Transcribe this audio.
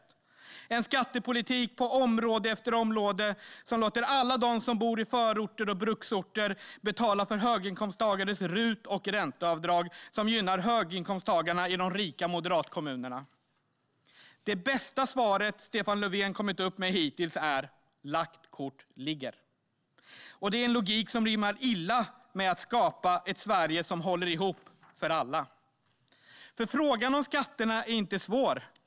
Det är en skattepolitik som på område efter område låter alla dem som bor i förorter och bruksorter betala för höginkomsttagares RUT och ränteavdrag - en skattepolitik som gynnar höginkomsttagarna i de rika moderatkommunerna. Det bästa svaret Stefan Löfven gett hittills är att lagt kort ligger. Denna logik rimmar illa med att skapa ett Sverige som håller ihop för alla. Frågan om skatter är inte svår.